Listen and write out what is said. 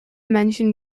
mentioned